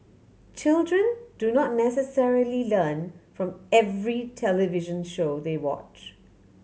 children do not necessarily learn from every television show they watch